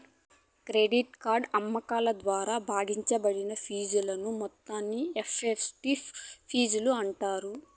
credit card అమ్మకాల ద్వారా భాగించబడిన ఫీజుల మొత్తాన్ని ఎఫెక్టివ్ ఫీజులు అంటాండారు